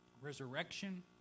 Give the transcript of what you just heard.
resurrection